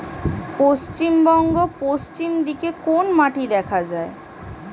পশ্চিমবঙ্গ পশ্চিম দিকে কোন মাটি দেখা যায়?